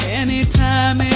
anytime